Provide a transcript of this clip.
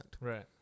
Right